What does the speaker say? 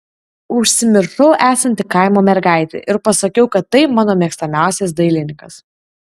užsimiršau esanti kaimo mergaitė ir pasakiau kad tai mano mėgstamiausias dailininkas